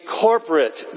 corporate